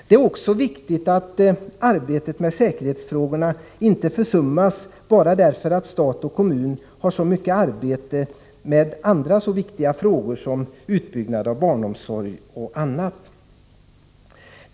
Det är också viktigt att arbetet med säkerhetsfrågorna inte försummas bara därför att stat och kommun har mycket arbete med andra viktiga frågor såsom utbyggnaden av barnomsorgen.